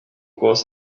course